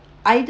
either